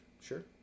Sure